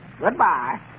Goodbye